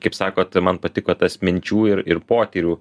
kaip sakot man patiko tas minčių ir ir potyrių